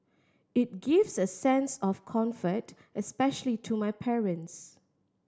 it gives a sense of comfort especially to my parents